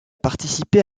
participer